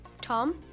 Tom